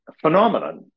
phenomenon